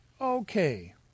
Okay